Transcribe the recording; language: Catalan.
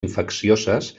infeccioses